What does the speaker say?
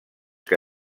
que